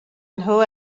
nhw